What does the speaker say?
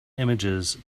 images